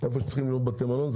איפה שצריכים להיות בתי מלון,